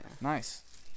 Nice